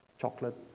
chocolate